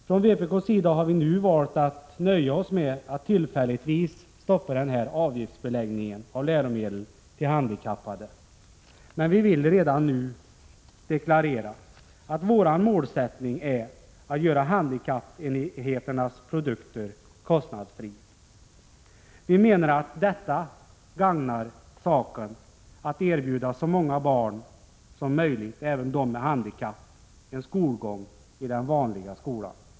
Från vpk:s sida har vi valt att nu nöja oss med att tillfälligtvis stoppa avgiftsbeläggningen av läromedel till handikappade. Men vi vill redan nu deklarera att vår målsättning är att göra handikappenheternas produkter kostnadsfria. Vi menar att det gagnar saken att erbjuda så många barn som möjligt — även dem med handikapp — en skolgång i den vanliga skolan.